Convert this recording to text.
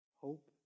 Hope